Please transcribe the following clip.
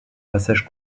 passage